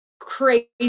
crazy